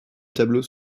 tableaux